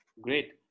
Great